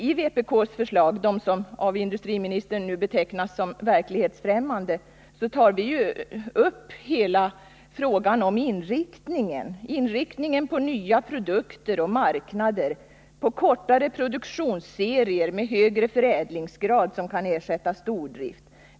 I vpk:s förslag, de som industriministern betecknar som verklighetsfrämmande, tar vi upp hela frågan om inriktningen på nya produkter och marknader, på kortare produktionsserier med högre förädlingsgrad som kan ersätta stordrift.